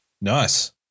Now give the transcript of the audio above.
Nice